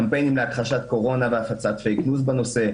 קמפיינים להכחשת קורונה והפצת "פייק ניוז" בנושא,